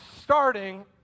starting